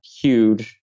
huge